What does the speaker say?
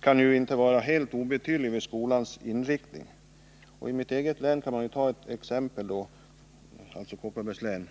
kan ju inte vara helt obetydlig för skolans inriktning. Jag kan som exempel ta mitt eget län, Kopparbergs län.